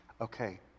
Okay